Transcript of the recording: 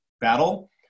battle